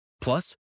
Plus